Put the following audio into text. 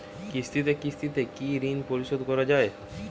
কিস্তিতে কিস্তিতে কি ঋণ পরিশোধ করা য়ায়?